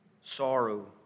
Sorrow